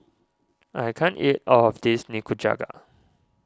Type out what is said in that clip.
I can't eat all of this Nikujaga